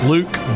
Luke